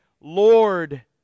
Lord